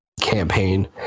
campaign